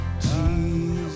Jesus